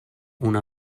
una